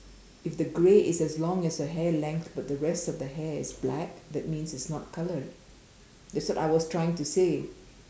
if the grey is as long as the hair length but the rest of the hair is black that means it's not coloured that's what I was trying to say